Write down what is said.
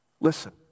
Listen